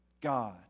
God